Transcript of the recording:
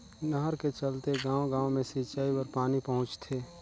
नहर के चलते गाँव गाँव मे सिंचई बर पानी पहुंचथे